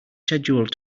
scheduled